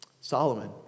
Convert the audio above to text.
Solomon